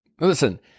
Listen